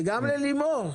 וגם ללימור.